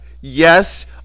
Yes